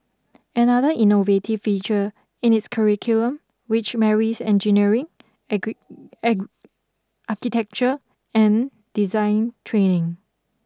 another innovative feature in its curriculum which marries engineering agree architecture and design training